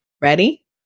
Ready